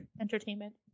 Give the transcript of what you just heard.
Entertainment